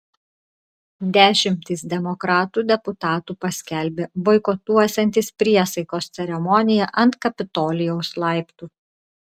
dešimtys demokratų deputatų paskelbė boikotuosiantys priesaikos ceremoniją ant kapitolijaus laiptų